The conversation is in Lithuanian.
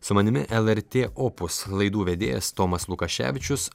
su manimi lrt opus laidų vedėjas tomas lukaševičius